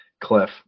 cliff